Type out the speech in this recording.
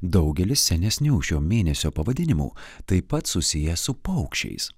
daugelis senesnių šio mėnesio pavadinimų taip pat susiję su paukščiais